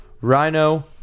Rhino